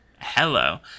Hello